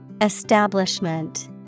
Establishment